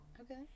Okay